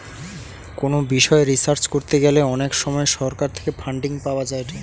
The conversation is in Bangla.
কোনো বিষয় রিসার্চ করতে গ্যালে অনেক সময় সরকার থেকে ফান্ডিং পাওয়া যায়েটে